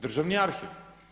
Državni arhiv.